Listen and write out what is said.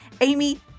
Amy